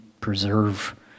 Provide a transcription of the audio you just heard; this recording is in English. preserve